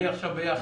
אני עכשיו ביכטה.